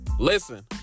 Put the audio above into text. Listen